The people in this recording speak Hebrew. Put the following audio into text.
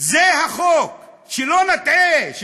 זה החוק, שלא נטעה.